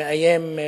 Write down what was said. שמאיים,